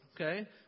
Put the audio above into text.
Okay